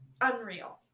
unreal